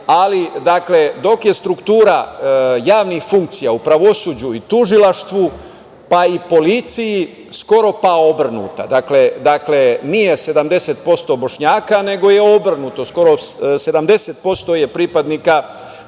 dok je struktura javnih funkcija u pravosuđu i tužilaštvu, pa i policiji, skoro pa obrnuta. Dakle, nije 70% Bošnjaka, nego je obrnuto, skoro 70% je pripadnika srpske